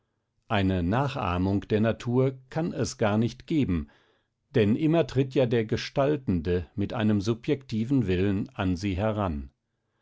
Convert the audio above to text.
eine nachahmung der natur kann es nicht geben immer tritt ja der gestaltende mit einem subjektiven willen an sie heran